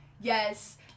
Yes